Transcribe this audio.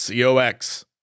COX